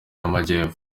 y’amajyepfo